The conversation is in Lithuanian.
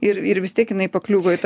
ir ir vis tiek jinai pakliuvo į tą